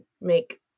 make